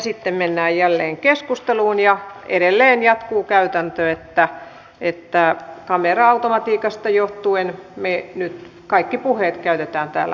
sitten mennään jälleen keskusteluun ja edelleen jatkuu käytäntö että kamera automatiikasta johtuen kaikki puheet käytetään täällä korokkeella